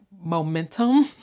momentum